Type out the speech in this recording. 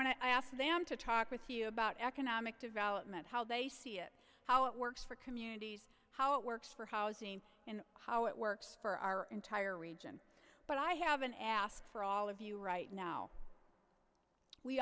to ask them to talk with you about economic development how they see it how it works for communities how it works for housing and how it works for our entire region but i haven't asked for all of you right now we